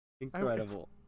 Incredible